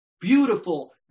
beautiful